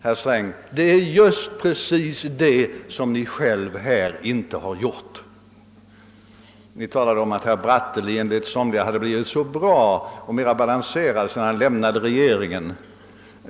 Herr Sträng, det är precis det som Ni själv i dag inte har gjort i denna sak. Ni talade om att herr Bratteli enligt somligas uppfattning ha de blivit bättre och mera balanserad sedan han lämnade regeringen.